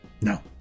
No